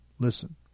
Listen